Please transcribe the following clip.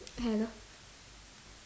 hello